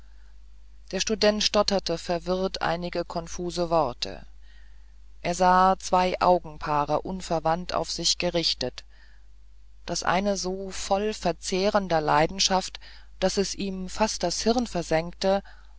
der student stotterte verwirrt einige konfuse worte er sah zwei augenpaare unverwandt auf sich gerichtet das eine so voll verzehrender leidenschaft daß es ihm fast das hirn versengte